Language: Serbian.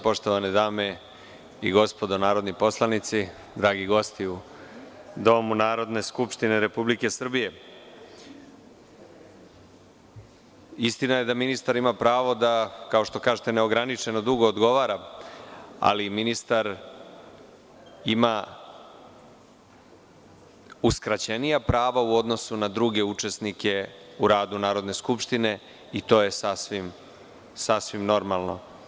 Poštovane dame i gospodo narodni poslanici, dragi gosti u Domu Narodne skupštine Republike Srbije, istina je da ministar ima pravo da, kao što kažete, neograničeno dugo odgovara, ali ministar ima uskraćenija prava u odnosu na druge učesnike u radu Narodne skupštine i to je sasvim normalno.